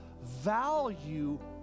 value